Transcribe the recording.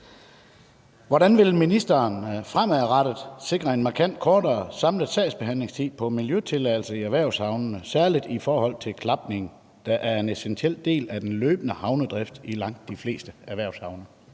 Hvordan vil ministeren fremadrettet sikre en markant kortere samlet sagsbehandlingstid på miljøtilladelser i erhvervshavnene særlig i forhold til klapning, der er en essentiel del af den løbende havnedrift i langt de fleste erhvervshavne?